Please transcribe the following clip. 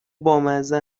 بامزه